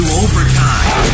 overtime